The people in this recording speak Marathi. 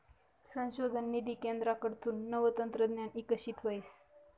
संशोधन निधी केंद्रकडथून नवं तंत्रज्ञान इकशीत व्हस